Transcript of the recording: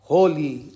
Holy